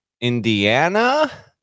Indiana